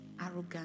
arrogant